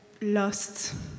lost